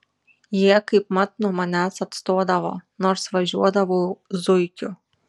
jie kaip mat nuo manęs atstodavo nors važiuodavau zuikiu